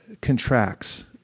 contracts